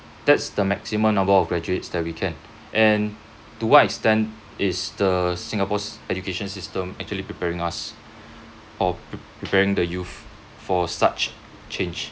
that's the maximum number of graduates that we can and to what extent is the singapore's education system actually preparing us or preparing the youth for such change